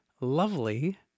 lovely